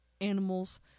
animals